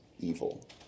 evil